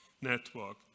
network